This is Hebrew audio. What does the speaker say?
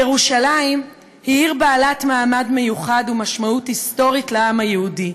ירושלים היא עיר בעלת מעמד מיוחד ומשמעות היסטורית לעם היהודי.